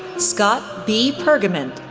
scott b. pergament,